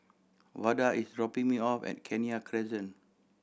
Vada is dropping me off at Kenya Crescent